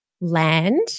land